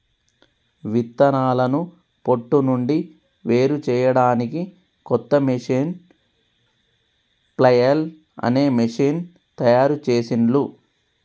విత్తనాలను పొట్టు నుండి వేరుచేయడానికి కొత్త మెషీను ఫ్లఐల్ అనే మెషీను తయారుచేసిండ్లు